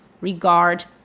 regard